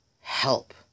help